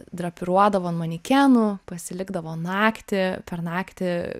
drapiruodavo ant manekenų pasilikdavo naktį per naktį